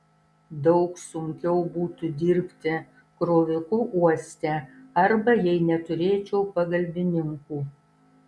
daug sunkiau būtų dirbti kroviku uoste arba jei neturėčiau pagalbininkų